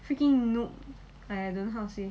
freaking noob !aiya! don't how to say